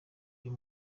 uyu